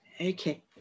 Okay